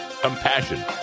compassion